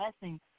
blessing